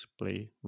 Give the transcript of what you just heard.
play